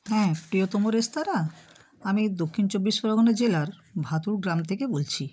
হ্যাঁ প্রিয়তম রেস্তোরাঁ আমি দক্ষিণ চব্বিশ পরগনা জেলার ভাদুর গ্রাম থেকে বলছি